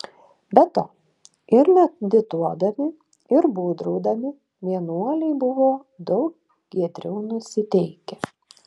be to ir medituodami ir būdraudami vienuoliai buvo daug giedriau nusiteikę